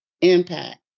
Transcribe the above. impact